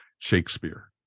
shakespeare